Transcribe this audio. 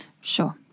Sure